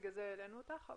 לכן העלינו אותך.